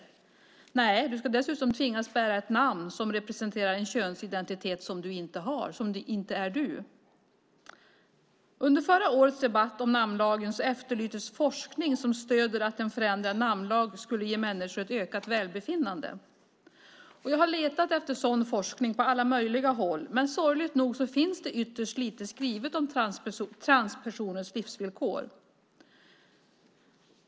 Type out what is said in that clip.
Nej, du ska dessutom tvingas bära ett namn som representerar en könsidentitet som du inte har och som inte är du. Under förra årets debatt om namnlagen efterlystes forskning som stöder att en förändrad namnlag skulle ge människor ett ökat välbefinnande. Jag har letat efter sådan forskning på alla möjliga håll, men sorgligt nog finns det ytterst lite skrivet om transpersoners livsvillkor.